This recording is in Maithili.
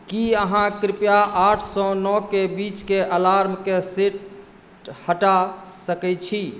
की अहांँ कृपया आठसंँ नओके बीचके अलार्मके सेट हटा सकैत छी